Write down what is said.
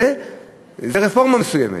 זו רפורמה מסוימת.